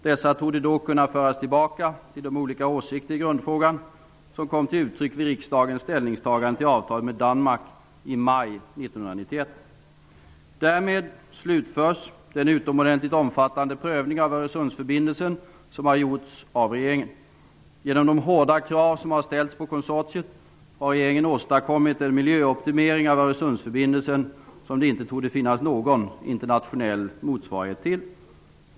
Dessa torde då kunna föras tillbaka till de olika åsikter i grundfrågan som kom till uttryck vid riksdagens ställningstagande till avtalet med Därmed slutförs den utomordentligt omfattande prövning av Öresundsförbindelsen som har gjorts av regeringen. Genom de hårda miljökrav som har ställts på konsortiet har regeringen åstadkommit en miljöoptimering av Öresundsförbindelsen som det inte torde finnas någon internationell motsvarighet till.